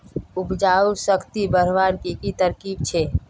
उपजाऊ शक्ति बढ़वार की की तरकीब छे?